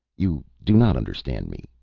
you do not understand me,